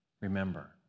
remember